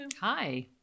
Hi